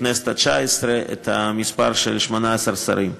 בכנסת התשע-עשרה, מספר של 18 שרים.